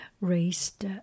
raised